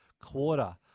quarter